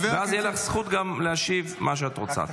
ואז תהיה לך זכות להשיב מה שאת רוצה.